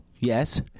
Yes